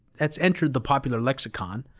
that's entered the popular lexicon.